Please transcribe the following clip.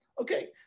Okay